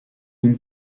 loom